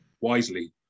wisely